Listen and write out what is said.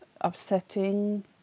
upsetting